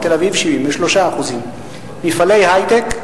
בתל-אביב 73%; מפעלי היי-טק,